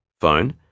Phone